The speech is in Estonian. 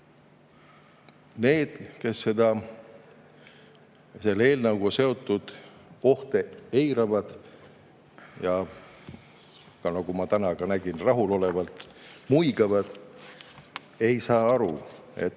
Need, kes selle eelnõuga seotud ohte eiravad ja ka, nagu ma täna nägin, rahulolevalt muigavad, ei saa aru, et